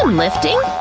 um lifting?